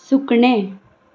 सुकणें